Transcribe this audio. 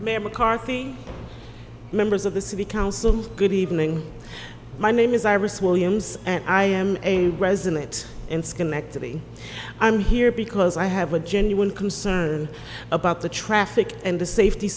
carthy members of the city council good evening my name is iris williams and i am a resident in schenectady i'm here because i have a genuine about the traffic and the safety